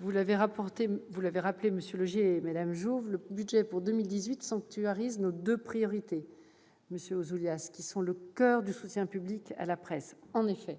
vous l'avez rappelé, monsieur Laugier, madame Jouve -, le budget pour 2018 sanctuarise nos deux priorités, monsieur Ouzoulias, qui sont le coeur du soutien public à la presse. En effet,